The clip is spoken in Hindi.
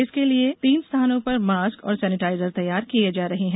इसके लिए तीन स्थानों पर मास्क और सैनेटाजर तैयार किये जा रहे हैं